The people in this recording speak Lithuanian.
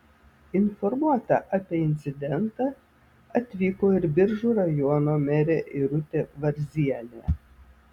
informuota apie incidentą atvyko ir biržų rajono merė irutė varzienė